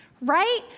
right